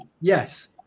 yes